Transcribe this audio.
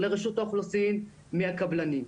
לרשות האוכלוסין מהקבלנים,